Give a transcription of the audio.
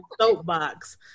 soapbox